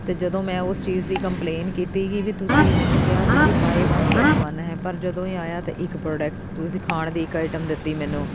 ਅਤੇ ਜਦੋਂ ਮੈਂ ਉਸ ਚੀਜ਼ ਦੀ ਕੰਪਲੇਨ ਕੀਤੀ ਕਿ ਵੀ ਤੁਸੀਂ ਮੈਨੂੰ ਕਿਹਾ ਸੀ ਵੀ ਬਾਏ ਵਨ ਗੈਟ ਵਨ ਹੈ ਪਰ ਜਦੋਂ ਇਹ ਆਇਆ ਤਾਂ ਇੱਕ ਪ੍ਰੋਡਕਟ ਤੁਸੀਂ ਖਾਣ ਦੀ ਇੱਕ ਆਈਟਮ ਦਿੱਤੀ ਮੈਨੂੰ